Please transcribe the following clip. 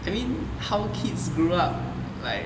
I mean how kids grew up like